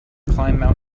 climb